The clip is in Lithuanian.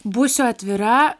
būsiu atvira